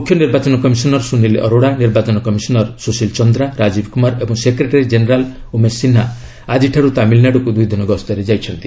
ମୁଖ୍ୟ ନିର୍ବାଚନ କମିଶନର ସୁନୀଲ ଅରୋଡା ନିର୍ବାଚନ କମିଶନର ସୁଶୀଲ ଚନ୍ଦ୍ରା ରାଜୀବ କ୍ରମାର ଏବଂ ସେକ୍ରେଟେରୀ ଜେନେରାଲ୍ ଉମେଶ ସିହ୍ରା ଆକିଠାରୁ ତାମିଲନାଡୁକୁ ଦୁଇଦିନ ଗସ୍ତରେ ଯାଇଛନ୍ତି